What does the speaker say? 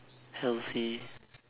healthy